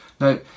Now